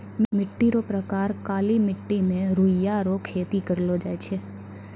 मिट्टी रो प्रकार काली मट्टी मे रुइया रो खेती करलो जाय छै